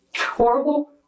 horrible